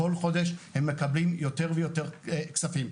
כל חודש הם מקבלים יותר ויותר כספים.